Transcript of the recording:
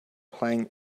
playing